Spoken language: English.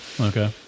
okay